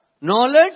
Knowledge